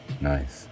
Nice